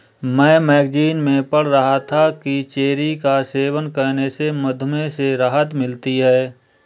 मैं मैगजीन में पढ़ रहा था कि चेरी का सेवन करने से मधुमेह से राहत मिलती है